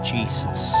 Jesus